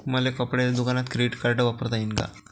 मले कपड्याच्या दुकानात क्रेडिट कार्ड वापरता येईन का?